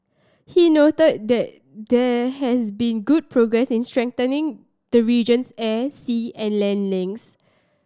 he noted that there has been good progress in strengthening the region's air sea and land links